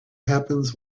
happens